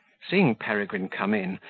seeing peregrine come in,